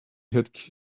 had